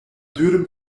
dürüm